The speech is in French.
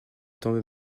tombait